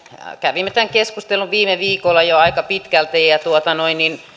kävimme tämän keskustelun viime viikolla jo aika pitkälti